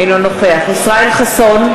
אינו נוכח ישראל חסון,